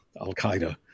Al-Qaeda